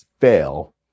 fail